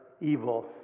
evil